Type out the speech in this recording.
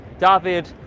David